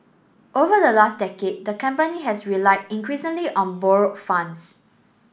over the last decade the company has relied increasingly on borrowed funds